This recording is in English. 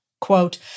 quote